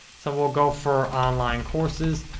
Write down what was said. so, we'll go for online courses.